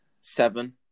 seven